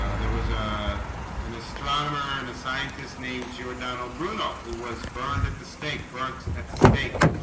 ah there was a an astronomer and a scientist named, giordano bruno who was burned at the stake burnt at the stake